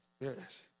Yes